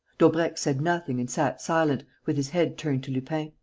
daubrecq said nothing and sat silent, with his head turned to lupin.